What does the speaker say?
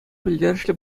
пӗлтерӗшлӗ